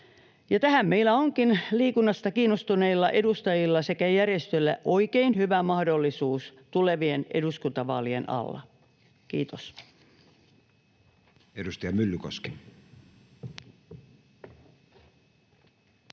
Tähän meillä onkin liikunnasta kiinnostuneilla edustajilla sekä järjestöillä oikein hyvä mahdollisuus tulevien eduskuntavaalien alla. — Kiitos.